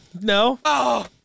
No